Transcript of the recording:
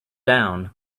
down